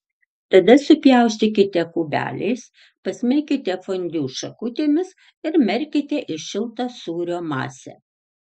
tada supjaustykite kubeliais pasmeikite fondiu šakutėmis ir merkite į šiltą sūrio masę